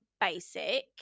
basic